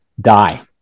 die